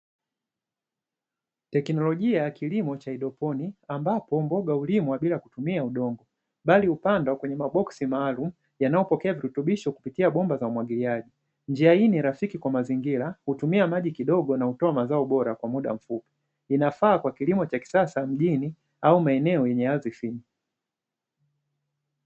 Teknolojia kilimo cha haidroponi, ambapo mboga hulimwa bila kutumia udongo, bali upandwa kwenye maboksi maalumu yanayopokea virutubisho kupitia bomba za umwagiliaji. Njia hii ni rafiki kwa mazingira, hutumia maji kidogo na hutoa mazao bora kwa muda mfupi, inafaa kwa kilimo cha kisasa mjini au maeneo yenye ardhi finyu.